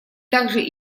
также